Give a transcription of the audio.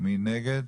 מי נגד?